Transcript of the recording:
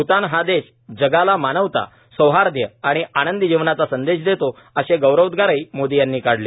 भ्टान हा देश जगाला मानवता सौहार्द आणि आनंदी जीवनाचा संदेश देतो असे गौरवोद्गार मोदी यांनी काढले